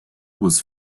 was